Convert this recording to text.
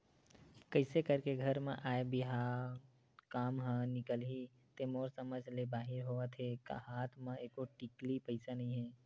कइसे करके घर म आय बिहाव काम ह निकलही ते मोर समझ ले बाहिर होवत हे हात म एको टिकली पइसा नइ हे